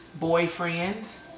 boyfriends